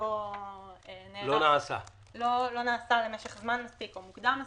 שלא נעשה למשך זמן מספיק או מוקדם מספיק.